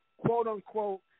quote-unquote